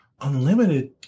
unlimited